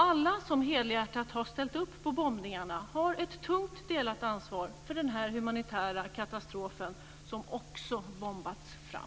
Alla som helhjärtat har ställt upp på bombningarna har ett tungt delat ansvar för den här humanitära katastrofen, som också bombats fram.